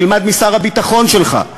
תלמד משר הביטחון שלך,